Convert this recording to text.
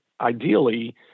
ideally